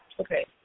Okay